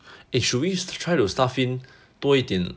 eh should wish to try to stuff in 多一点